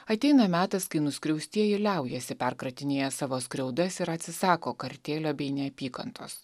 ateina metas kai nuskriaustieji liaujasi perkratinėje savo skriaudas ir atsisako kartėlio bei neapykantos